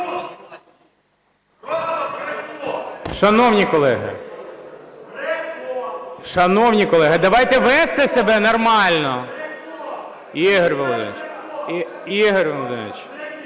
Шановні колеги, давайте вести себе нормально. Ігор Володимирович!